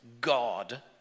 God